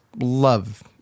love